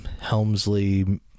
Helmsley